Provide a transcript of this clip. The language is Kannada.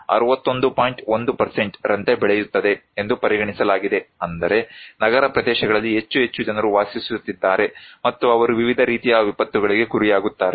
1 ರಂತೆ ಬೆಳೆಯುತ್ತದೆ ಎಂದು ಪರಿಗಣಿಸಲಾಗಿದೆ ಅಂದರೆ ನಗರ ಪ್ರದೇಶಗಳಲ್ಲಿ ಹೆಚ್ಚು ಹೆಚ್ಚು ಜನರು ವಾಸಿಸುತ್ತಿದ್ದಾರೆ ಮತ್ತು ಅವರು ವಿವಿಧ ರೀತಿಯ ವಿಪತ್ತುಗಳಿಗೆ ಗುರಿಯಾಗುತ್ತಾರೆ